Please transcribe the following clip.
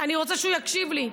אני רוצה שהוא יקשיב לי,